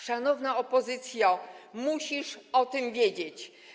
Szanowna opozycjo, musisz o tym wiedzieć.